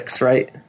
right